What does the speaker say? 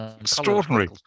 Extraordinary